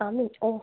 আমি ওম